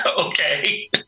Okay